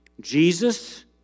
Jesus